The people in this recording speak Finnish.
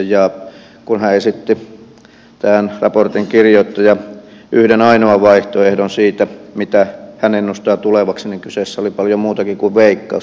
kun hän tämän raportin kirjoittaja esitti yhden ainoan vaihtoehdon siitä mitä hän ennustaa tulevaksi niin kyseessä oli paljon muutakin kuin veikkaus